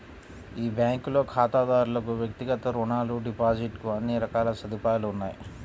ఈ బ్యాంకులో ఖాతాదారులకు వ్యక్తిగత రుణాలు, డిపాజిట్ కు అన్ని రకాల సదుపాయాలు ఉన్నాయి